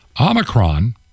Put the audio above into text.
Omicron